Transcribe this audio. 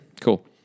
Cool